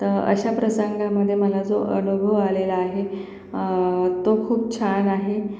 तर अशा प्रसंगामधे मला जो अनुभव आलेला आहे तो खूप छान आहे